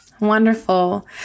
Wonderful